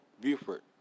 Buford